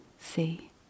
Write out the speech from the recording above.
see